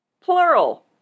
Plural